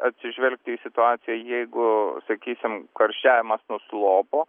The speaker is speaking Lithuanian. atsižvelgti į situaciją jeigu sakysim karščiavimas nuslopo